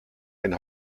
ein